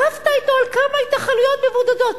רבת אתו על כמה התנחלויות מבודדות,